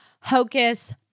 Hocus